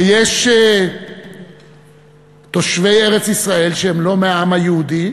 ויש תושבי ארץ-ישראל, שהם לא מהעם היהודי,